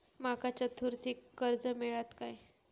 माका चतुर्थीक कर्ज मेळात काय?